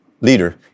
leader